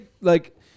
like-